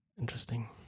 Interesting